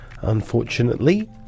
unfortunately